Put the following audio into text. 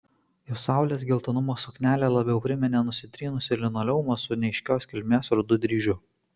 jos saulės geltonumo suknelė labiau priminė nusitrynusį linoleumą su neaiškios kilmės rudu dryžiu